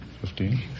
Fifteen